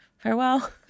Farewell